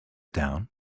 down